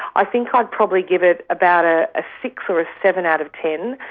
i think i'd probably give it about ah a six or a seven out of ten.